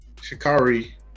Shikari